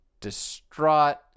distraught